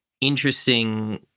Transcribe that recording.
interesting